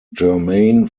germain